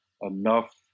enough